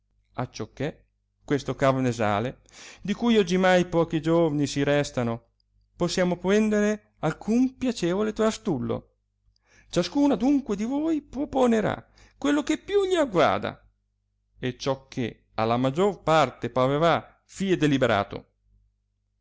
nostri acciò che questo carnesale di cui oggimai pochi giorni ci restano possiamo prendere alcun piacevole trastullo ciascuno adunque di voi proponerà quello che più gli aggrada e ciò che alla maggior parte parerà fie deliberato